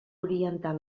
orientar